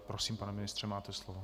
Prosím, pane ministře, máte slovo.